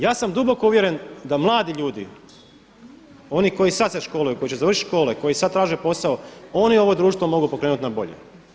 Ja sam duboko uvjeren da mladi ljudi, oni koji sad se školuju, koji će završiti škole, koji sad traže posao oni ovo društvo mogu pokrenut na bolje.